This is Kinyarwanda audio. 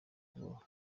kubaho